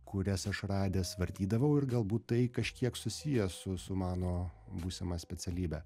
kurias aš radęs vartydavau ir galbūt tai kažkiek susiję su su mano būsima specialybe